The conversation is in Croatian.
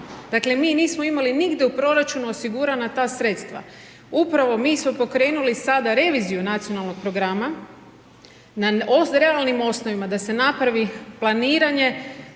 Dakle, mi nismo imali nigdje u proračunu osigurana ta sredstva. Upravo mi smo pokrenuli sada reviziju nacionalnog programa, na realnim osnovama, da se napravi planiranje,